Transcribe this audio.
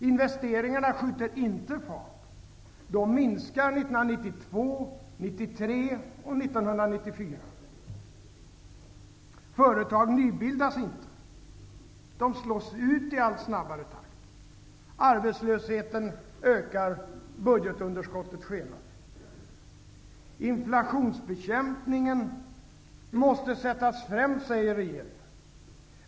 Investeringarna skjuter inte fart, de minskar -- Företag nybildas inte, de slås ut i allt snabbare takt. -- Arbetslösheten ökar. -- Budgetunderskottet skenar i väg. Inflationsbekäpningen måste sättas främst, säger regeringen.